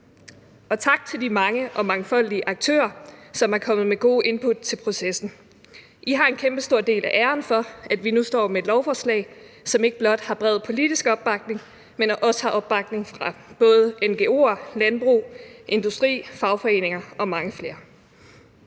Og tak til de mange og mangfoldige aktører, som er kommet med gode input til processen. I har en kæmpestor del af æren for, at vi nu står med et lovforslag, som ikke blot har bred politisk opbakning, men også har opbakning fra både ngo'er, landbrug, industri, fagforeninger og mange flere.